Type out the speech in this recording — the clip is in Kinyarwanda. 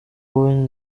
wowe